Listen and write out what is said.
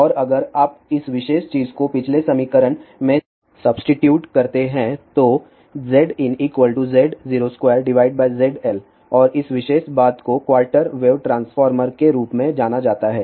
और अगर आप अब इस विशेष चीज को पिछले समीकरण में सब्सीट्यूट करते हैं तो ZinZ02ZL और इस विशेष बात को क्वार्टर वेव ट्रांसफार्मर के रूप में जाना जाता है